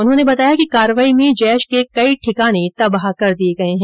उन्होंने बताया कि कार्रवाई में जैश के कई ठिकाने तबाह कर दिये गये है